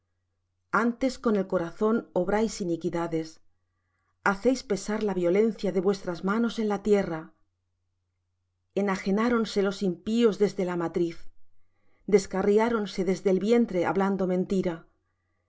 antes con el corazón obráis iniquidades hacéis pesar la violencia de vuestras manos en la tierra enajenáronse los impíos desde la matriz descarriáronse desde el vientre hablando mentira